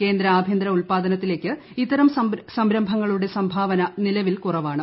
കേന്ദ്ര ആഭ്യന്തര ഉൽപാദനത്തിലേക്ക് ഇത്തരം സംരംഭങ്ങളുടെ സംഭാവന നിലവിൽ കുറവാണ്